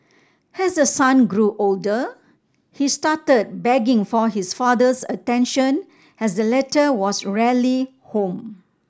as her son grew older he started begging for his father's attention as the latter was rarely home